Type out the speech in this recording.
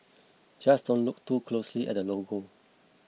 just don't look too closely at the logo